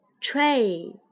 Tray